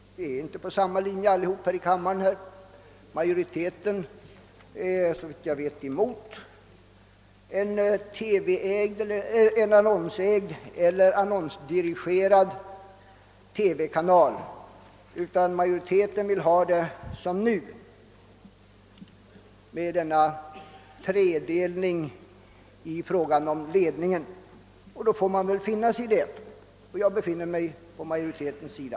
Vi är inte alla här i kammaren på samma linje. Såvitt jag vet är majoriteten emot en reklamfinansierad eller annonsördirigerad TV-kanal. Majoriteten vill i stället ha det som nu med en tredelning i fråga om ledningen. Jag befinner mig på majoritetens sida.